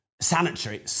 sanitary